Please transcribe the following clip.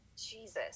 Jesus